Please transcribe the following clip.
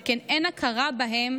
שכן אין הכרה בהם